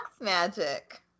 magic